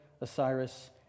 Osiris